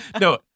no